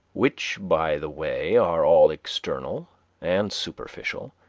which, by the way are all external and superficial,